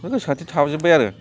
गोसोखांथि थाबोजोब्बाय आरो